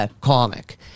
comic